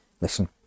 Listen